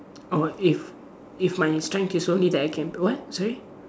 oh if if my time is only that I can what sorry